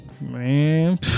man